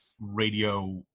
radio